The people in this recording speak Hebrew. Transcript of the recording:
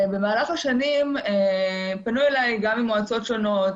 במהלך השנים פנו אליי גם ממועצות שונות,